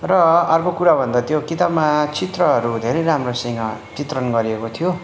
र अर्को कुरा भन्दा त्यो किताबमा चित्रहरू धेरै राम्रोसँग चित्रण गरिएको थियो